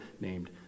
named